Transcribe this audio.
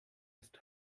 ist